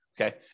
Okay